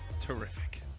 Terrific